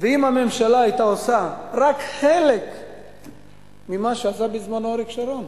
אם הממשלה היתה עושה רק חלק ממה שעשה בזמנו אריאל שרון,